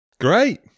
Great